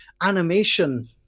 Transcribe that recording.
animation